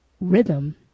rhythm